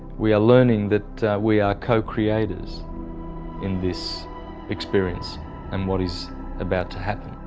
we are learning that we are co-creators in this experience and what is about to happen.